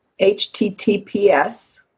HTTPS